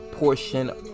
portion